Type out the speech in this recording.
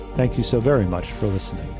thank you so very much for listening